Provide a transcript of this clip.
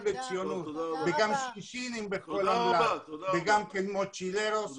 לציוניות וגם שינשינים בכל אמל"ט וגם מוצ'ילרוס.